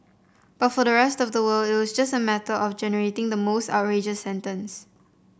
but for the rest of the world it'll just a matter of generating the most outrageous sentence